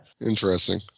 interesting